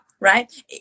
Right